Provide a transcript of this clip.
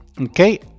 Okay